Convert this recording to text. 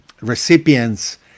recipients